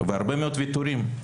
והרבה מאוד ויתורים.